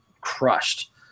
crushed